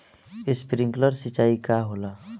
Sprinkler सिंचाई का होला?